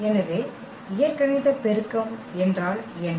எனவே இயற்கணித பெருக்கம் என்றால் என்ன